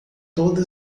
toda